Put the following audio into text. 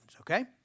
Okay